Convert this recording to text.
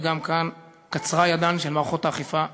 וגם כאן, קצרה ידן של מערכות האכיפה מלהושיע.